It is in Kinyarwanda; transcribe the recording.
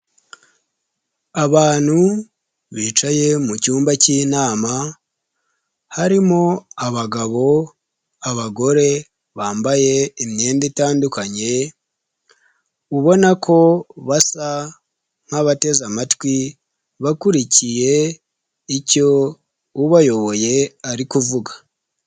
Abantu bicaye mu cyumba cy'inama harimo abagabo, abagore bambaye imyenda itandukanye ubona ko basa nk'abateze amatwi bakurikiye icyo ubayoboye ari kuvuga.